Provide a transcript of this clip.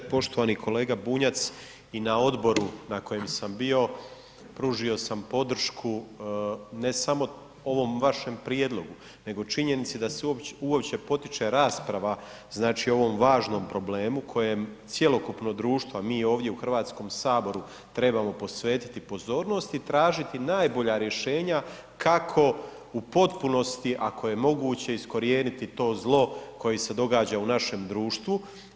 Poštovani kolega Bunjac i na odboru na kojem sam bio pružio sam podršku ne samo ovom vašem prijedlogu nego činjenici da se uopće potiče rasprava znači o ovom važnom problemu o kojem cjelokupno društvo a i mi ovdje u Hrvatskom saboru trebamo posvetiti pozornost i tražiti najbolja rješenja kako u potpunosti ako je moguće iskorijeniti to zlo koje se događa u našem društvu.